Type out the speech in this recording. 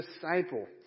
disciple